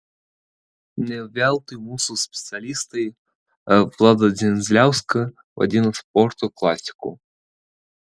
ne veltui mūsų specialistai vladą dzindziliauską vadino sporto klasiku